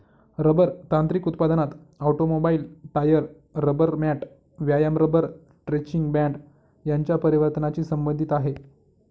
rubber तांत्रिक उत्पादनात automobile, tyre, rubber mat, व्यायाम रबर स्ट्रेचिंग बँड यांच्या परिवर्तनाची संबंधित आहे